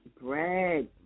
Bread